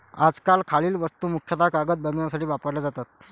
आजकाल खालील वस्तू मुख्यतः कागद बनवण्यासाठी वापरल्या जातात